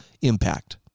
impact